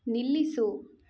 ನಿಲ್ಲಿಸು